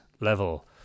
level